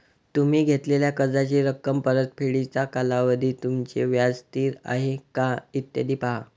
तुम्ही घेतलेल्या कर्जाची रक्कम, परतफेडीचा कालावधी, तुमचे व्याज स्थिर आहे का, इत्यादी पहा